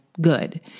good